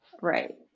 right